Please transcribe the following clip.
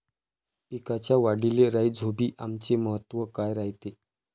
पिकाच्या वाढीले राईझोबीआमचे महत्व काय रायते?